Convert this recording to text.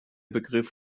begriff